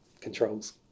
controls